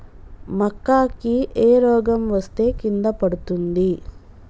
మక్కా కి ఏ రోగం వస్తే కింద పడుతుంది?